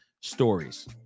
stories